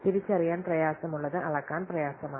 തിരിച്ചറിയാൻ പ്രയാസമുള്ളത് അളക്കാൻ പ്രയാസമാണ്